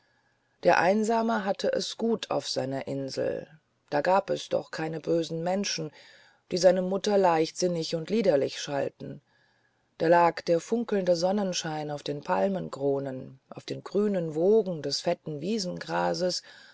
der einsame hatte es gut auf seiner insel da gab es doch keine bösen menschen die seine mutter leichtsinnig und liederlich schalten da lag der funkelnde sonnenschein auf den palmenkronen auf den grünen wogen des fetten